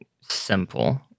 simple